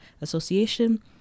Association